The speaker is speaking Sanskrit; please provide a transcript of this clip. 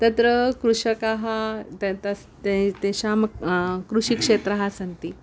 तत्र कृषकाः त तस्य ते तेषां कृषिक्षेत्राः सन्ति